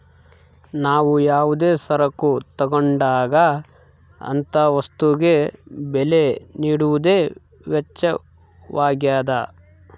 ನಾವು ಯಾವುದೇ ಸರಕು ತಗೊಂಡಾಗ ಅಂತ ವಸ್ತುಗೆ ಬೆಲೆ ನೀಡುವುದೇ ವೆಚ್ಚವಾಗ್ಯದ